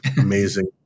amazing